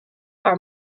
are